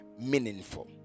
meaningful